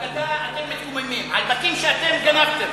אתם מתקוממים על בתים שאתם גנבתם,